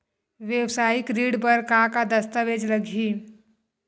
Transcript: वेवसायिक ऋण बर का का दस्तावेज लगही?